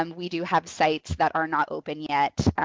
um we do have sites that are not open yet,